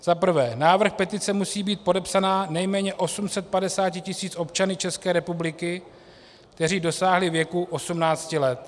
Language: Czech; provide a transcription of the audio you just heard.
Za prvé: Návrh petice musí být podepsán nejméně 850 tisíci občanů České republiky, kteří dosáhli věku 18 let.